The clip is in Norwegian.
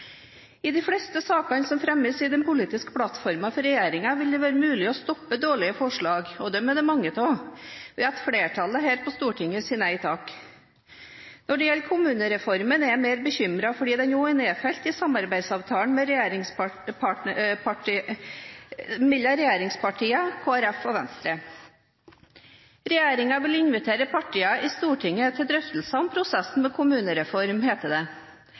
I de fleste sakene som fremmes i den politiske plattformen for regjeringen, vil det være mulig å stoppe dårlige forslag – og dem er det mange av – ved at flertallet her på Stortinget sier nei takk. Når det gjelder kommunereformen er jeg mer bekymret fordi den òg er nedfelt i samarbeidsavtalen mellom regjeringspartiene, Kristelig Folkeparti og Venstre. Regjeringen vil invitere partiene i Stortinget til drøftelser om prosessen med kommunereform, heter det.